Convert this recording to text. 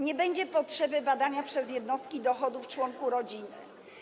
Nie będzie potrzeby badania przez jednostki dochodów członków rodziny.